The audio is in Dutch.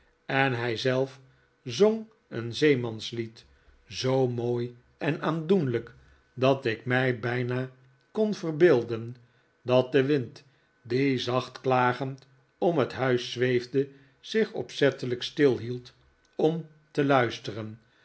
en hij zelf zong een zeemanslied zoo mooi en aandoenlijk dat ik mij bijna kon verbeelden dat de wind die zacht klagend om het huis zweefde zich opzettelijk stilhield om te luisteren